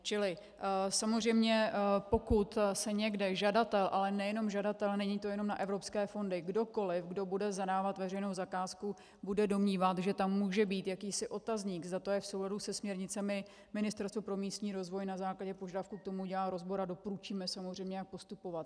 Čili samozřejmě pokud se někde žadatel, ale nejenom žadatel, není to jenom na evropské fondy, kdokoliv, kdo bude zadávat veřejnou zakázku, se bude domnívat, že tam může být jakýsi otazník, zda to je v souladu se směrnicemi, Ministerstvo pro místní rozvoj na základě požadavku k tomu udělá rozbor a doporučíme samozřejmě, jak postupovat.